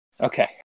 Okay